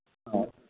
ꯑꯥ